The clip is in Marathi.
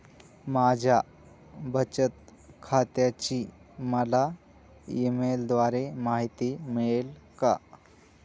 माझ्या बचत खात्याची मला ई मेलद्वारे माहिती मिळेल का?